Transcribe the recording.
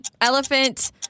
elephant